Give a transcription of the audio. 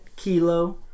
Kilo